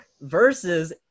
versus